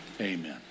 amen